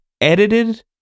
edited